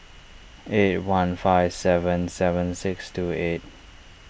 eight one five seven seven six two eight